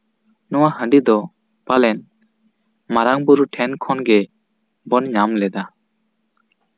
ᱱᱚᱣᱟ ᱦᱟᱺᱰᱤ ᱫᱚ ᱯᱟᱞᱮᱱ ᱢᱟᱨᱟᱝ ᱵᱳᱨᱳ ᱴᱷᱮᱱ ᱠᱷᱚᱱ ᱜᱮᱵᱚᱱ ᱧᱟᱢ ᱞᱮᱫᱟ